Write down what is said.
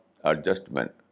adjustment